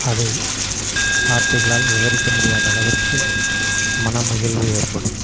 அதை வார்த்தைகளால் விவரிக்க முடியாத அளவிற்கு மனம் மகிழ்வு ஏற்படும்